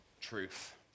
truth